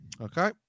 Okay